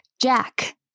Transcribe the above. Jack